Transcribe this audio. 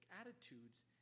attitudes